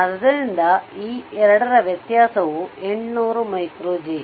ಆದ್ದರಿಂದ ಈ 2 ರ ವ್ಯತ್ಯಾಸವಿದೆ ಎಷ್ಟು 800 J